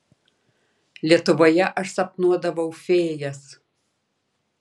lietuvoje aš sapnuodavau fėjas